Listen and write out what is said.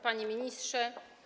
Panie Ministrze!